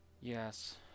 Yes